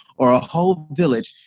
or a whole village,